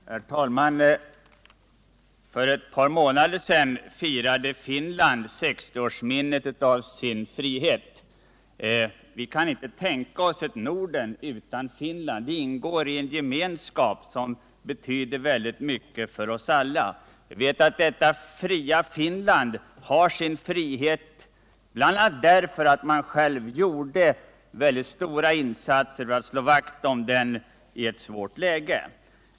Herr talman! För ett par månader sedan firade Finland 60-årsminnet av sin självständighetsdag. Vi kan inte tänka oss ett Norden utan Finland. Det ingår i en gemenskap som betyder väldigt mycket för oss alla. Vi vet att detta fria Finland har sin frihet bl.a. därför att man själv gjorde mycket stora insatser för att slå vakt om den i ett svårt läge.